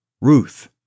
Ruth